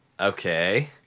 Okay